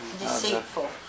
Deceitful